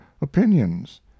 opinions